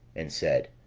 and said